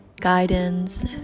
guidance